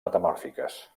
metamòrfiques